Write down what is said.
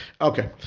Okay